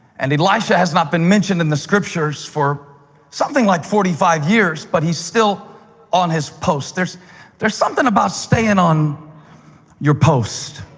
and elisha has not been mentioned in the scriptures for something like forty five years, but he's still on his post. there's there's something about staying on your post.